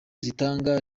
zitanga